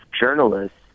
journalists